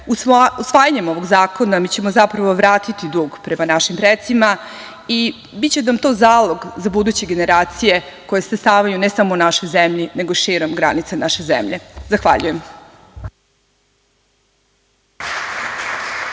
Usvajanjem ovog zakona ćemo zapravo vratiti dug prema našim precima i biće nam to zalog za buduće generacije koje stasavaju, ne samo u našoj zemlji, nego i širom granica naše zemlje. Zahvaljujem.